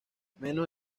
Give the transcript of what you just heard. menos